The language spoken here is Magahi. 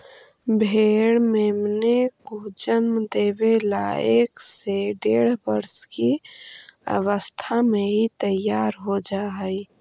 भेंड़ मेमनों को जन्म देवे ला एक से डेढ़ वर्ष की अवस्था में ही तैयार हो जा हई